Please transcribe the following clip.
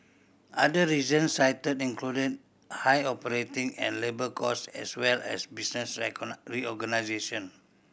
other reasons cited included high operating and labour cost as well as business reorganisation